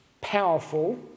powerful